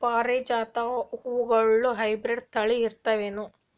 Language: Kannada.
ಪಾರಿಜಾತ ಹೂವುಗಳ ಹೈಬ್ರಿಡ್ ಥಳಿ ಐತೇನು?